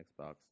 Xbox